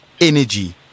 energy